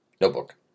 notebook